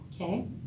Okay